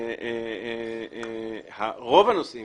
רוב הנושאים